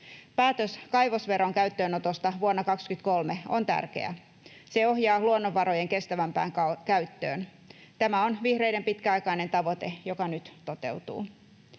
Päätös kaivosveron käyttöönotosta vuonna 23 on tärkeä. Se ohjaa luonnonvarojen kestävämpään käyttöön. Tämä on vihreiden pitkäaikainen tavoite, joka nyt toteutuu.